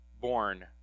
born